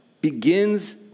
begins